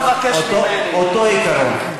אותו עיקרון: